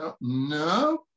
No